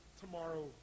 tomorrow